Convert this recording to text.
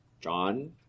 John